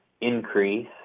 increase